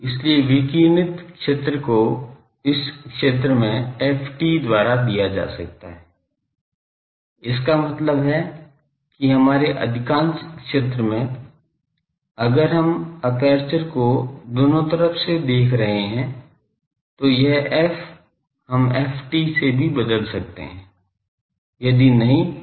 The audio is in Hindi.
इसलिए विकिरणित क्षेत्र को इस क्षेत्र में ft द्वारा दिया जा सकता है इसका मतलब है कि हमारे अधिकांश क्षेत्र में अगर हम एपर्चर को दोनों तरफ से देख रहे हैं तो यह f हम ft से भी बदल सकते हैं यदि नहीं तो हमें करना होगा